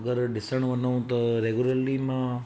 अगरि ॾिसणु वञू त रेगुलरली मां